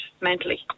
mentally